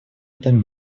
этом